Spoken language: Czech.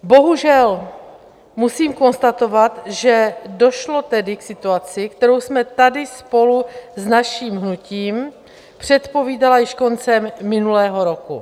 Bohužel musím konstatovat, že došlo tedy k situaci, kterou jsme tady spolu s naším hnutím předpovídali již koncem minulého roku.